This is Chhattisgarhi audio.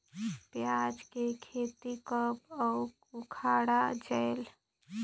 पियाज के खेती कब अउ उखाड़ा जायेल?